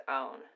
own